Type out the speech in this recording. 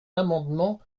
l’amendement